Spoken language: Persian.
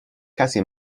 کسی